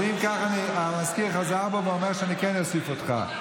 אם כך, המזכיר חזר בו ואומר שאני אוסיף אותך.